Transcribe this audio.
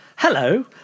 Hello